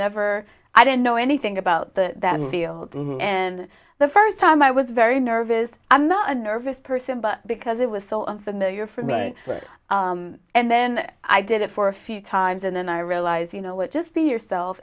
never i didn't know anything about the field and the first time i was very nervous i'm not a nervous person but because it was so unfamiliar for me and then i did it for a few times and then i realized you know what just be yourself